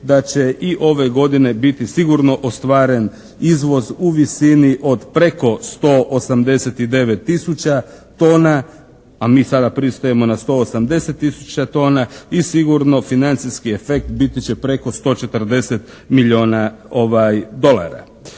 da će i ove godine biti sigurno ostvaren izvoz u visini od preko 189 tisuća tona, a mi sada pristajemo na 180 tisuća tona. I sigurno financijski efekt biti će preko 140 milijuna dolara.